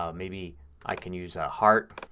ah maybe i can use a heart